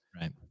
Right